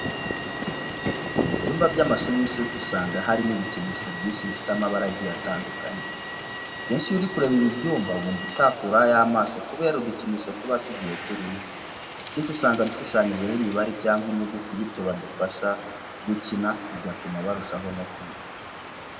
Mu byumba by'amshuri y'inshuke usanga harimo ibikinisho byinshi bifite amabara agiye atandukanye. Akenshi iyo uri kureba ibi byumba wumva utabikuraho amaso kubera udukinisho tuba tugiye turimo, utwinshi usanga dushushanyijeho imibare cyangwa inyuguti bityo badufata bari gukina bigatuma barushaho no kwiga.